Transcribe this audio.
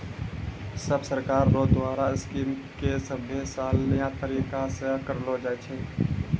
सब सरकार रो द्वारा स्कीम के सभे साल नया तरीकासे करलो जाए छै